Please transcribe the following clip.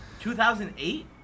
2008